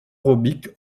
robic